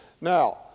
Now